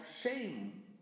shame